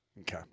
Okay